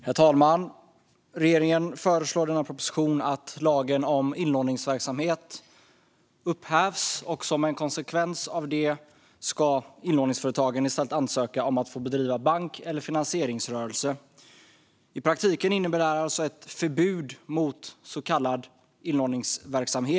Herr talman! Regeringen föreslår i en proposition att lagen om inlåningsverksamhet upphävs. Som en konsekvens av det ska inlåningsföretagen i stället ansöka om att få bedriva bank eller finansieringsrörelse. I praktiken innebär detta ett förbud mot så kallad inlåningsverksamhet.